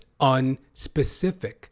unspecific